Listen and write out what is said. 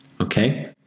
okay